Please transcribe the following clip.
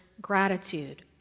gratitude